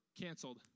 canceled